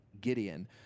Gideon